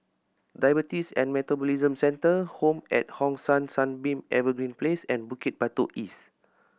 Diabetes and Metabolism Centre Home at Hong San Sunbeam Evergreen Place and Bukit Batok East